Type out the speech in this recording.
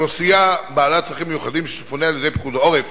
אוכלוסייה בעלת צרכים מיוחדים שתפונה על-ידי פיקוד העורף